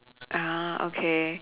(uh huh) okay